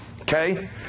Okay